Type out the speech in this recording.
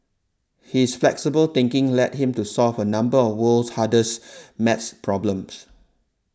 his flexible thinking led him to solve a number of the world's hardest math problems